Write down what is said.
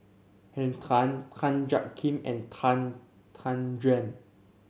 Henn Tan Tan Jiak Kim and Tan Tan Juan